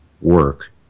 work